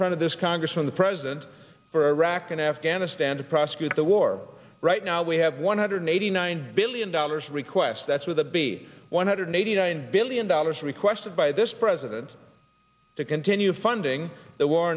front of this congress from the president for iraq and afghanistan to prosecute the war right now we have one hundred eighty nine billion dollars request that's with a b one hundred eighty nine billion dollars requested by this president to continue funding the war